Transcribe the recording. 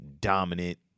dominant